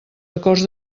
acords